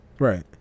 right